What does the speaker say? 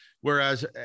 Whereas